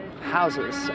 houses